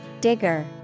Digger